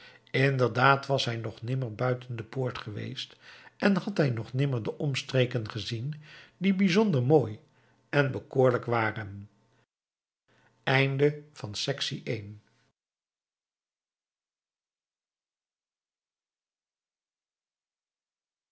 inderdaad was hij nog nimmer buiten de poort geweest en had hij nog nimmer de omstreken gezien die bijzonder mooi en bekoorlijk waren